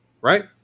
Right